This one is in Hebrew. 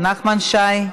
נחמן שי,